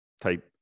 type